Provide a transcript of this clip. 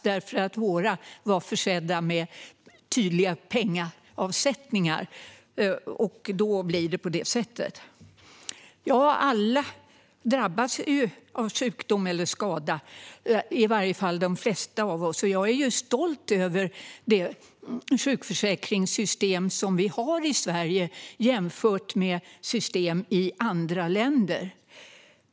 De var nämligen försedda med tydliga pengaavsättningar. Då blir det på det sättet. Alla, i varje fall de flesta av oss, drabbas av sjukdom eller skada. Jag är stolt över det sjukförsäkringssystem vi har i Sverige jämfört med system i andra länder.